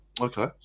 Okay